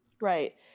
Right